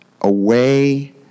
away